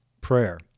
prayer